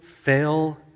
fail